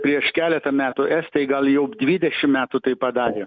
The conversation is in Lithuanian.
prieš keletą metų estai gal jau dvidešim metų tai padarė